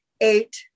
eight